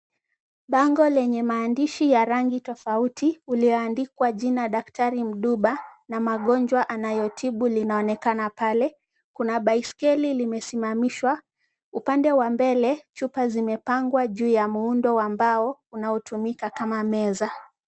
Bango lenye maandishi ya rangi tofauti ulioandikwa jina daktari Mduba na magonjwa anayotibu linaonekana pale. Kuna baisikeli limesimamishwa. Upande wa mbele chupa zimepangwa juu ya muundo wa mbao unaotumika kama meza.